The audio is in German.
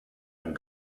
ein